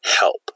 help